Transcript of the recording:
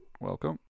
Welcome